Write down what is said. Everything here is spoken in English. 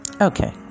Okay